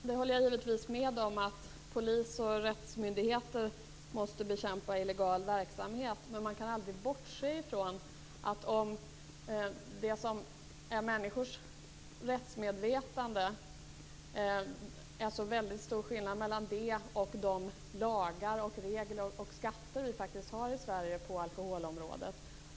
Herr talman! Jag håller givetvis med om att polis och rättsmyndigheter måste bekämpa illegal verksamhet. Men man kan aldrig bortse från att det kan vara stor skillnad mellan människors rättsmedvetande och de lagar, regler och skatter som vi har på alkoholområdet i Sverige.